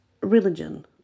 religion